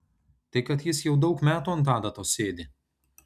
tai kad jis jau daug metų ant adatos sėdi